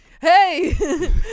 hey